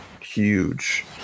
huge